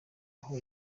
aho